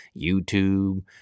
YouTube